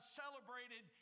celebrated